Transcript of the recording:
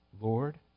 Lord